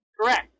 correct